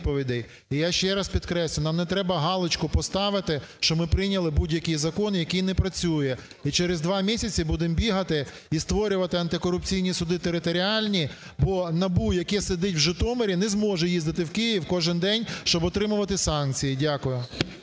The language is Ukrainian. І я ще раз підкреслю, нам не треба галочку поставити, що ми прийняли будь-який закон, який не працює, і через два місяці будемо бігати і створювати антикорупційні суди територіальні, бо НАБУ, яке сидить в Житомирі, не зможе їздити в Київ кожен день, щоб отримувати санкції. Дякую.